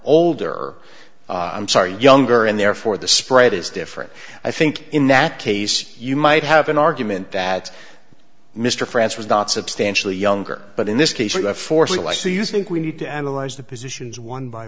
older i'm sorry younger and therefore the spread is different i think in that case you might have an argument that mr france was not substantially younger but in this case i foresee like do you think we need to analyze the positions one by